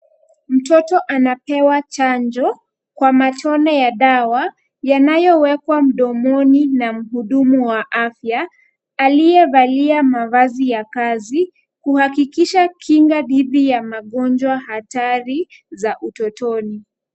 Mtoto anapewa chanjo kwa matone ya dawa yanayowekwa mdomoni na muhudumu wa afya, aliyevalia mavazi ya kazi kuhakikisha kinga dhidi ya magonjwa hatari za utotoni.